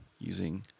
using